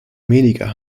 weniger